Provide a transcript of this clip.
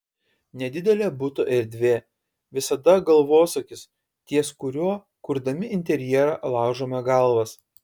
nedidelė buto erdvė visada galvosūkis ties kuriuo kurdami interjerą laužome galvas